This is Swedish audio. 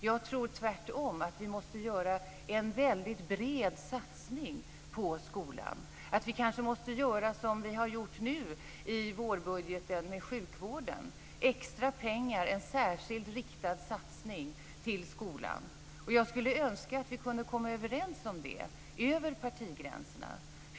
Jag tror tvärtom att vi måste göra en väldigt bred satsning på skolan, att vi kanske måste göra som vi har gjort nu i vårbudgeten med sjukvården: avsätta extra pengar, göra en särskild riktad satsning till skolan. Jag skulle önska att vi kunde komma överens om det över partigränserna.